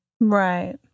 Right